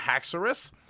Haxorus